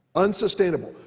unsustainable.